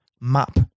map